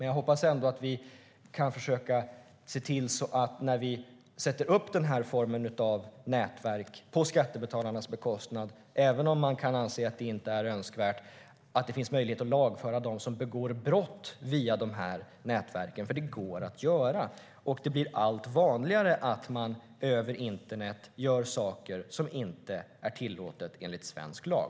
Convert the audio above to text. Jag hoppas dock att det när vi sätter upp sådana här nätverk på skattebetalarnas bekostnad, även om man kan anse att det inte är önskvärt, ska finnas möjlighet att lagföra dem som begår brott via dessa nätverk, för det går att göra. Det blir allt vanligare att man över internet gör saker som inte är tillåtna enligt svensk lag.